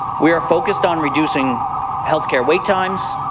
we are focused on reducing health care wait times,